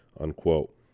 Unquote